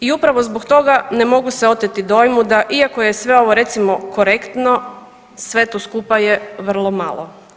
I upravo zbog toga ne mogu se oteti dojmu, iako je ovo recimo korektno sve to skupa je vrlo malo.